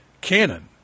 canon